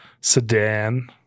sedan